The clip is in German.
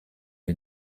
wir